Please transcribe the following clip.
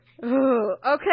okay